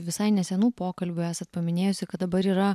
visai nesenų pokalbių esat paminėjusi kad dabar yra